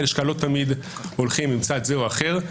הלשכה לא תמיד הולכים עם צד זה או אחר.